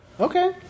Okay